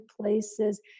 places